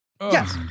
Yes